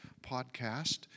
podcast